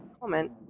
comment